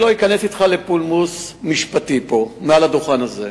אני לא אכנס אתך לפולמוס משפטי פה מעל הדוכן הזה.